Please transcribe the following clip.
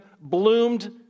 bloomed